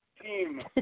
team